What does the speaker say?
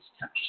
touch